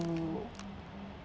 to